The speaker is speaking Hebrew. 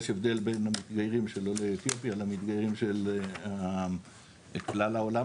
יש הבדל בין מתגיירים עולי אתיופיה למתגיירים של כלל העולם,